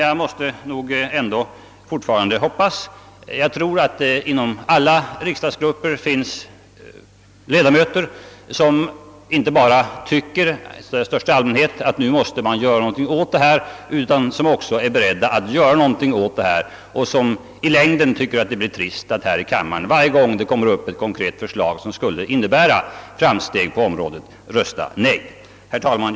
Jag hoppas ändå fortfarande att det inom alla riksdagsgrupper finns ledamöter, som inte bara i största allmänhet tycker att man nu måste göra något åt saken utan som också är beredda att genomföra reella åtgärder. Jag tror att de i längden finner att det är trist att rösta nej vid varje tillfälle när det i denna kammare framförs ett konkret förslag, som skulle innebära framsteg på området. Herr talman!